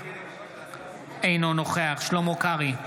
אינו נוכח שלמה קרעי,